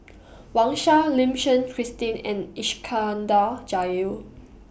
Wang Sha Lim Suchen Christine and Iskandar Jalil